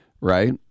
right